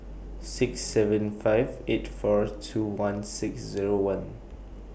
six seven five eight four two one six Zero one